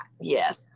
Yes